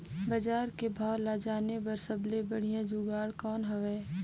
बजार के भाव ला जाने बार सबले बढ़िया जुगाड़ कौन हवय?